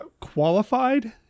qualified